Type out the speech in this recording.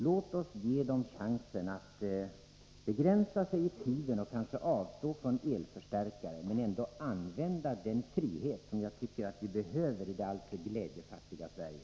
Låt oss ge dem chansen att begränsa sig i tiden och att kanske avstå från elförstärkare, men de bör ändå få använda den frihet som jag tycker att vi behöver i det alltför glädjefattiga Sverige.